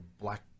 black